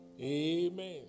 Amen